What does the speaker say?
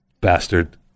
Bastard